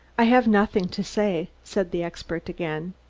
i have nothing to say, said the expert again.